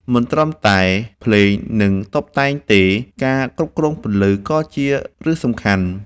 មិនត្រឹមតែភ្លេង និងតុបតែងទេ ការគ្រប់គ្រងពន្លឺក៏ជារឿងសំខាន់។